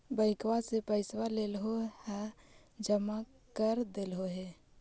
बैंकवा से पैसवा लेलहो है जमा कर देलहो हे?